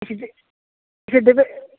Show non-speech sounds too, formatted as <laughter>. <unintelligible>